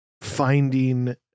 finding